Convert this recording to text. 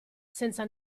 senza